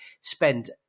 spend